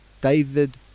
David